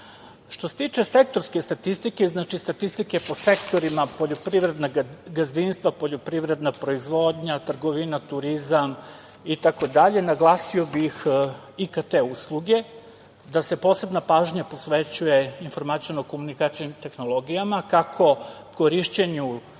se tiče sektorske statistike, znači statistike po sektorima poljoprivredna gazdinstva, poljoprivredna proizvodnja, trgovina, turizam itd, IKT usluge, naglasio bih da se posebna pažnja posvećuje informaciono-komunikacionim tehnologijama, kako korišćenju